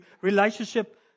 relationship